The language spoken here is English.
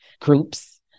groups